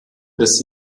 des